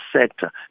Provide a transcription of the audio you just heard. sector